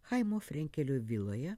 chaimo frenkelio viloje